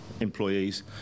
employees